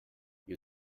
you